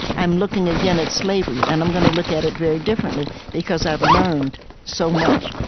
i'm looking again at slavery, and and i'm going to look at it very differently, because i've learned so much.